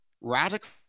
radical